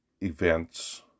events